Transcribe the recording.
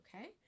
okay